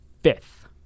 fifth